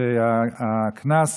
הקנס